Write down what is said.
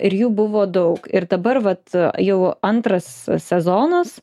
ir jų buvo daug ir dabar vat jau antras sezonas